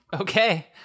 okay